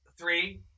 Three